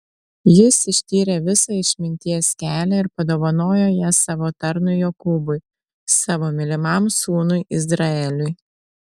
jis ištyrė visą išminties kelią ir padovanojo ją savo tarnui jokūbui savo mylimam sūnui izraeliui